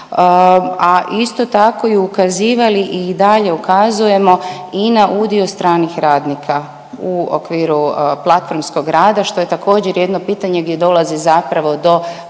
a isto tako i ukazivali i dalje ukazujemo i na udio stranih radnika u okviru platformskog rata što je također jedno pitanje gdje dolazi zapravo do